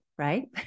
Right